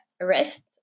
arrest